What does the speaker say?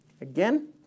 again